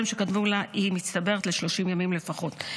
שקדמו לה מצטברת ל-30 ימים לפחות.